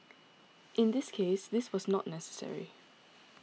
in this case this was not necessary